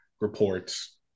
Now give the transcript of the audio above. reports